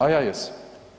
A ja jesam.